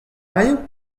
raio